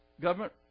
government